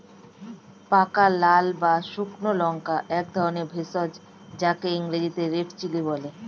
পাকা লাল বা শুকনো লঙ্কা একধরনের ভেষজ যাকে ইংরেজিতে রেড চিলি বলে